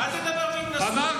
תודה רבה, אדוני.